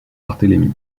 barthélémy